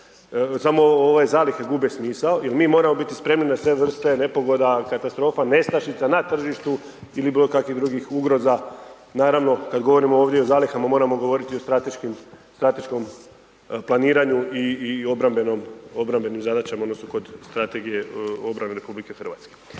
samo ove zalihe gube smisao jer mi moramo biti spremni na sve vrste nepogoda, katastrofa, nestašica na tržištu ili bilo kakvih drugih ugroza. Naravno kada govorimo ovdje o zalihama moramo govoriti o strateškom planiranju i obrambenim zadaćama odnosno kod strategije obrane RH. Što se